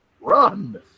Run